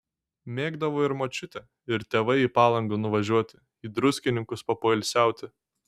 mėgdavo ir močiutė ir tėvai į palangą nuvažiuoti į druskininkus papoilsiauti